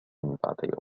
بعد